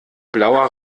blauer